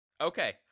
Okay